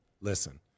Listen